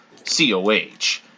COH